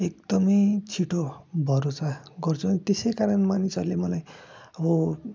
एकदमै छिट्टो भरोसा गर्छु अनि त्यसै कारण मानिसहरूले मलाई अब